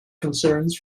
concerns